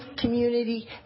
Community